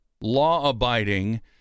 law-abiding